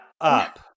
up